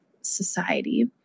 society